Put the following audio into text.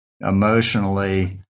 emotionally